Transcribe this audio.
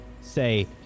say